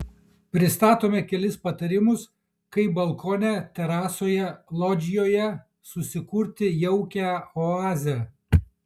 pristatome kelis patarimus kaip balkone terasoje lodžijoje susikurti jaukią oazę